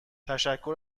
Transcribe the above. تشکر